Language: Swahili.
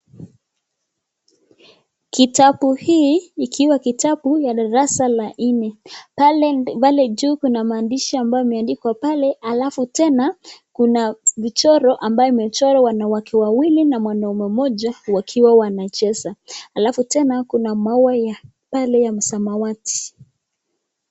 Kitabu hii ikiwa kitabu ya darasa ya nne pale juu kuna maandishi ambayo yameandikwa pale alafu tena kuna michoro ambayo imechorwa wanawake wawili na mwanaume mmoja wakiwa wanacheza alafu tena kuna maua ya pale ya msamawati.